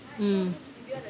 mm